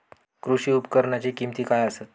कृषी उपकरणाची किमती काय आसत?